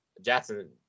Jackson